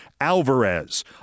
Alvarez